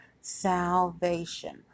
salvation